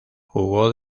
jugó